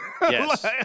Yes